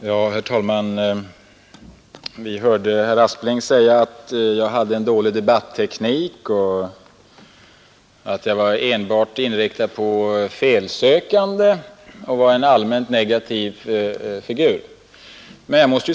Herr talman! Vi hörde herr Aspling säga att jag hade en dålig debatteknik, att jag enbart var inriktad på felsökande och att jag var en allmänt negativ figur.